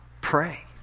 Pray